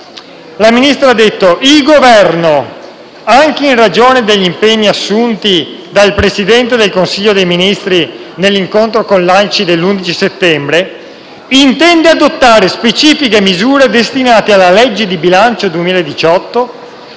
Il Ministro ha detto che il Governo, in ragione anche degli impegni assunti dal Presidente del Consiglio dei ministri nell'incontro con l'ANCI dell'11 settembre, intende adottare specifiche misure destinate alla legge di bilancio 2018,